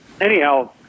anyhow